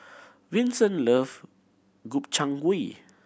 Vincent love Gobchang Gui